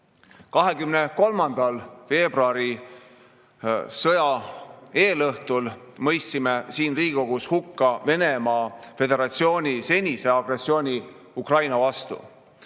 veebruaril, sõja eelõhtul mõistsime siin Riigikogus hukka Venemaa Föderatsiooni senise agressiooni Ukraina vastu.